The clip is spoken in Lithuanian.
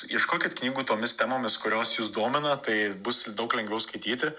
ieškokit knygų tomis temomis kurios jus domina tai bus daug lengviau skaityti